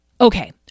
Okay